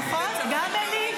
נכון, גם עלי,